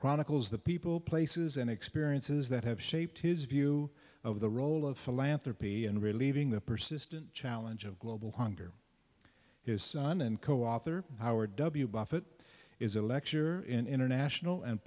chronicles the people places and experiences that have shaped his view of the role of philanthropy and relieving the persistent challenge of global hunger his son and co author howard w buffett is a lecturer in international and